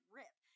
rip